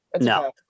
No